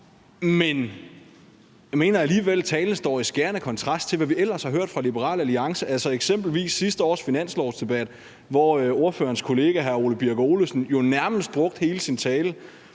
Men jeg mener alligevel, at talen står i skærende kontrast til, hvad vi ellers har hørt fra Liberal Alliance, eksempelvis ved sidste års finanslovsdebat, hvor ordførerens kollega hr. Ole Birk Olesen jo nærmest brugte hele sin tale